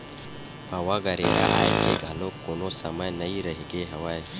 हवा गरेरा आए के घलोक कोनो समे नइ रहिगे हवय